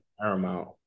Paramount